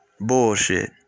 Bullshit